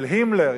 של הימלר,